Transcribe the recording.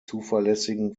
zuverlässigen